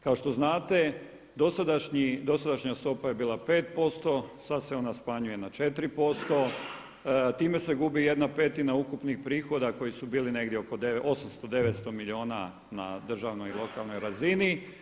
Kao što znate dosadašnja stopa je bila 5%, sada se ona smanjuje na 4%, time se gubi jedna petina ukupnih prihoda koji su bili negdje oko osamsto, devetsto milijuna na državnoj lokalnoj razini.